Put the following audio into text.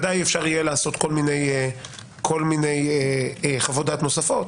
על זה ודאי אפשר יהיה לעשות כל מיני חוות דעת נוספות.